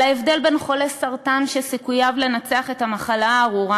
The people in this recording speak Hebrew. על ההבדל בין חולי סרטן שסיכוייהם לנצח את המחלה הארורה